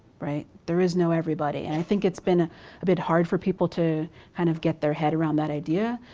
right. there is no everybody. and i think it's been a bit hard for people to kind of get their head around that idea.